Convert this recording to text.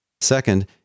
Second